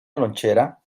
lonchera